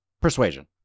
Persuasion